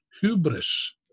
hubris